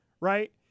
Right